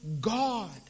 God